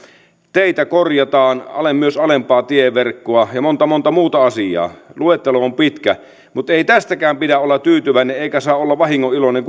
teitä korjataan myös alempaa tieverkkoa ja monta monta muuta asiaa luettelo on pitkä mutta ei tästäkään pidä olla tyytyväinen eikä kukaan saa olla vahingoniloinen